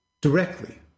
directly